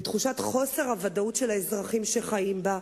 בתחושת חוסר הוודאות של האזרחים שחיים בה,